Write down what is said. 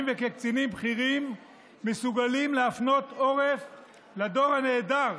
וכקצינים בכירים מסוגלים להפנות עורף לדור הנהדר